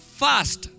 fast